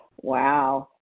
Wow